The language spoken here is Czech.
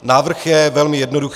Návrh je velmi jednoduchý.